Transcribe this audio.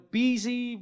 busy